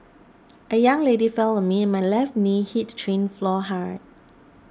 a young lady fell on me and my left knee hit train floor hard